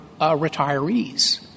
retirees